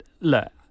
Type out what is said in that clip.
look